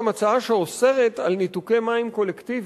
גם הצעה שאוסרת ניתוקי מים קולקטיביים.